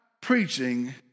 preaching